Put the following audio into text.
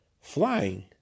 flying